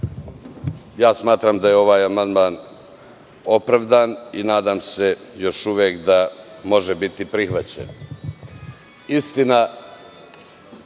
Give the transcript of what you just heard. ja smatram da je ovaj amandman opravdan, i nadam se još uvek da može biti prihvaćen. Istina,